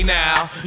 now